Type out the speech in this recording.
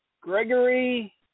Gregory